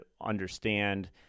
understand